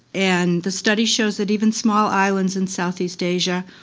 and the study shows that even small islands in southeast asia,